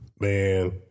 Man